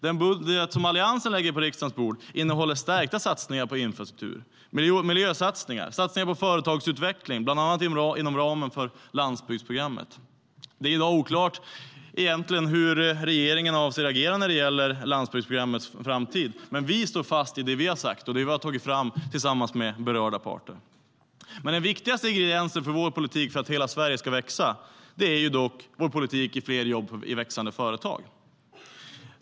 Den budget Alliansen lägger på riksdagens bord innehåller stärkta satsningar på infrastruktur, miljösatsningar och satsningar på företagsutveckling bland annat inom ramen för landsbygdsprogrammet. Det är i dag oklart hur regeringen egentligen avser att agera när det gäller landsbygdsprogrammets framtid, men vi står fast vid vad vi har sagt och tagit fram tillsammans med berörda parter. Den viktigaste ingrediensen i vår politik för att hela Sverige ska växa är vår politik för fler jobb i växande företag.